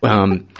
um,